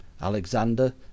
Alexander